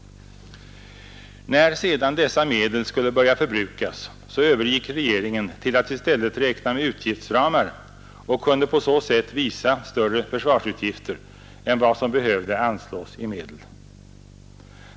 När sedan dessa medel skulle börja förbrukas övergick regeringen till att i stället räkna med utgiftsramar och kunde på så sätt visa större försvarsutgifter än vad som behövde anslås i medel.